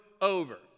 over